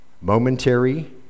momentary